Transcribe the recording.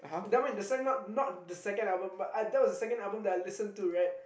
that one not the second album but that was the second album that I listened to right